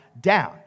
down